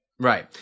Right